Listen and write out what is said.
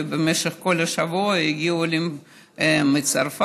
ובמשך כל השבוע יגיעו עולים מצרפת,